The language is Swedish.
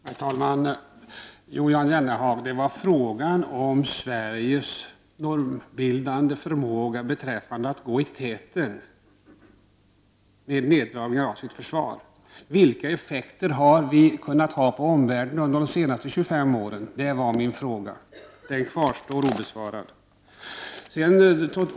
Herr talman! Jo, Jan Jennehag, det var fråga om Sveriges normbildande förmåga att gå i täten vid neddragningar av försvaret. Vilka effekter har de haft på omvärlden under de senaste 25 åren? Det var min fråga. Den kvarstår obesvarad.